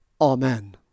Amen